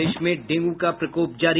प्रदेश में डेंगू का प्रकोप जारी